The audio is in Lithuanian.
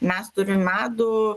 mes turim medų